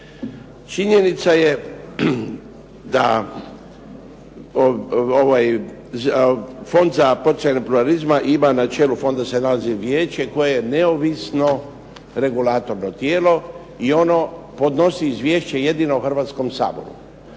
Činjenica je da Fond za poticanje pluralizma ima, na čelu fonda se nalazi vijeće koje je neovisno regulatorno tijelo i ono podnosi izvješće jedino Hrvatskom saboru.